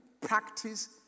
practice